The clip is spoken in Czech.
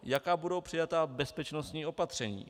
Jaká budou přijata bezpečnostní opatření?